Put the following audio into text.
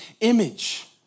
image